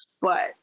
But-